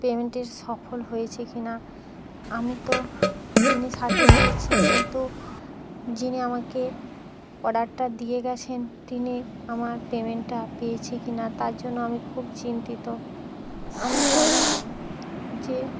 পেমেন্টের সফল হয়েছে কি না আমি তো জিনিস হাতে পেয়েছি কিন্তু যিনি আমাকে অর্ডারটা দিয়ে গেছেন তিনি আমার পেমেন্টটা পেয়েছে কি না তার জন্য আমি খুব চিন্তিত আমি জানি যে